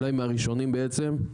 אולי מהראשונים בעצם,